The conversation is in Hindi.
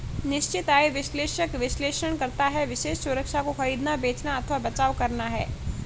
निश्चित आय विश्लेषक विश्लेषण करता है विशेष सुरक्षा को खरीदना, बेचना अथवा बचाव करना है